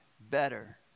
better